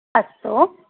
अस्तु